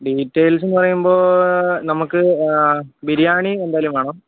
details എന്ന് പറയുമ്പോൾ നമുക്ക് ബിരിയാണി എന്തായാലും വേണം